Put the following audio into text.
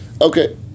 Okay